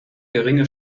geringe